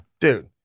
Dude